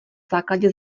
základě